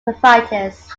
privatised